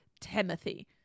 timothy